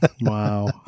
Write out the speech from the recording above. Wow